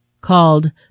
called